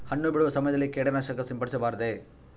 ಹಣ್ಣು ಬಿಡುವ ಸಮಯದಲ್ಲಿ ಕೇಟನಾಶಕ ಸಿಂಪಡಿಸಬಾರದೆ?